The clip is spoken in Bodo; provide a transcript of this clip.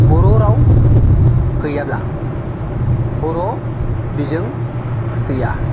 बर' राव गैयाब्ला बर' बिजों गैया